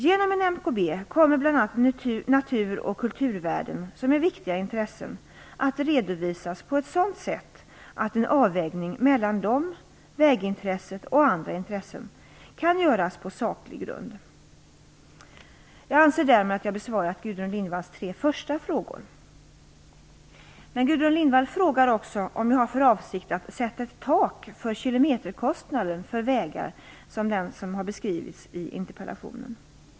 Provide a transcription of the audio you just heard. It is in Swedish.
Genom en MKB kommer bl.a. natur och kulturvärden, som är viktiga intressen, att redovisas på ett sådant sätt att en avvägning mellan dem, vägintresset och andra intressen kan göras på saklig grund. Jag anser att jag därmed har besvarat Gudrun Lindvalls tre första frågor. Gudrun Lindvall frågar också om jag har för avsikt att sätta ett tak för kilometerkostnaden för vägar som den som har beskrivits i interpellationen.